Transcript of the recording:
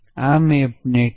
આ મેપને ટી